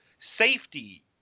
Safety